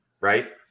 right